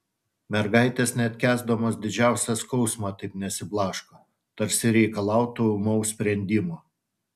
mergaitės net kęsdamos didžiausią skausmą taip nesiblaško tarsi reikalautų ūmaus sprendimo